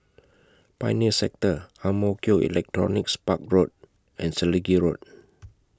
Pioneer Sector Ang Mo Kio Electronics Park Road and Selegie Road